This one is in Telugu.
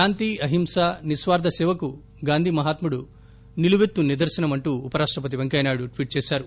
శాంతి అహింస నిస్వార్థ సేవకు గాంధీ మహాత్ముడు నిలుపెత్తు నిదర్శనమంటూ ఉపరాష్టపతి వెంకయ్య నాయుడు ట్వీట్ చేశారు